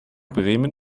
bremen